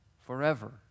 forever